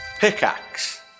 Pickaxe